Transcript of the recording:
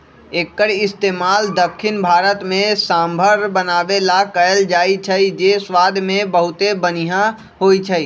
एक्कर इस्तेमाल दख्खिन भारत में सांभर बनावे ला कएल जाई छई जे स्वाद मे बहुते बनिहा होई छई